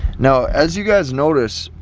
no, as you guys notice,